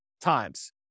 times